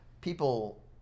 people